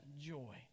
joy